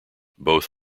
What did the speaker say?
both